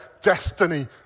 destiny